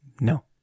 no